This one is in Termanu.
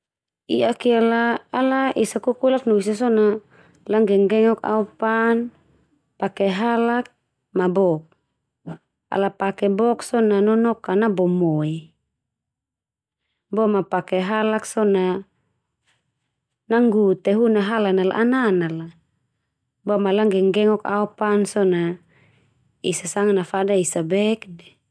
I'ak ia la ala esa kokolak no esa sona langgenggengok aopan, pake halak ma bok. Ala pake bok sona nonok ka nabo moe, boma pake halak sona nanggu te hu na halan nal anana la. Boma langgenggengok aopan so na esa sanga nafada esa bek ndia.